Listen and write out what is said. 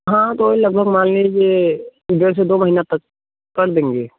हाँ तो वही लगभग मान लीजिए डेढ़ से दो महीना तक कर देंगे